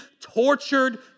tortured